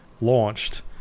launched